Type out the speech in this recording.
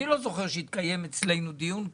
אני לא זוכר שהתקיים אצלנו דיון כזה.